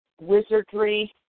Wizardry